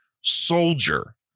soldier